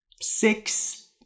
six